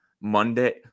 Monday